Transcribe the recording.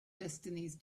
destinies